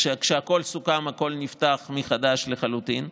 כשהכול סוכם והכול נפתח מחדש לחלוטין.